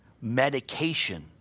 medication